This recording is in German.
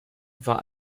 war